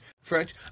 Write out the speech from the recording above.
French